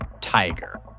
tiger